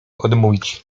odmówić